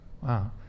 Wow